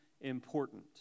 important